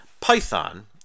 Python